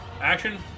Action